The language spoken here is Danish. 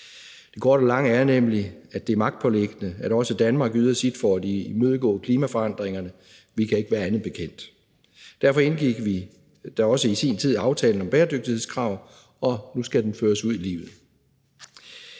er nemlig, at det er magtpåliggende, at også Danmark yder sit for at imødegå klimaforandringerne. Vi kan ikke være andet bekendt. Derfor indgik vi da også i sin tid aftalen om bæredygtighedskrav, og nu skal den så føres ud i livet.